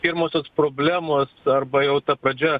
pirmosios problemos arba jau ta pradžia